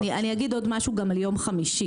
אני אגיד עוד משהו גם על יום חמישי